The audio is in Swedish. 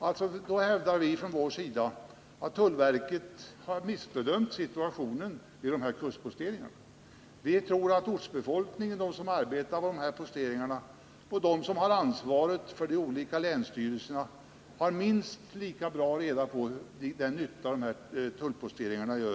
posteringarna. Vi hävdar att tullverket har missbedömt situationen när det gäller kustposteringarna. Vi tror att ortsbefolkningen, de som arbetar vid posteringarna och de som har ansvaret i de olika länsstyrelserna, har minst lika klart för sig vilken nytta posteringarna gör.